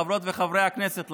חברות וחברי הכנסת,